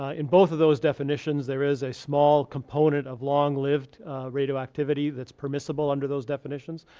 ah in both of those definitions, there is a small component of long lived radioactivity that's permissible under those definitions.